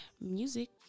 Music